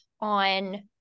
on